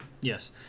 Yes